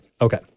Okay